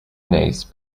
knees